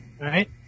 Right